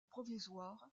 provisoire